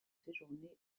séjourné